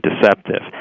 deceptive